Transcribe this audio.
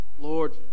Lord